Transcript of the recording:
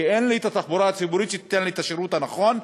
כי אין לי תחבורה ציבורית שתיתן לי את השירות הנכון.